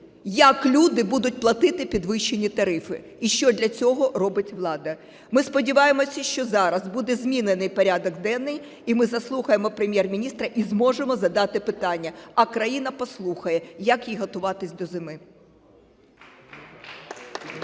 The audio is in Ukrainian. як люди будуть платити підвищені тарифи, і що для цього робить влада. Ми сподіваємося, що зараз буде змінено порядок денний і ми заслухаємо Прем'єр-міністра, і зможемо задати питання. А країна послухає, як їй готуватися до зими.